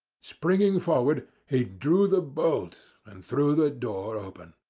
springing forward he drew the bolt and threw the door open.